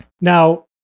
Now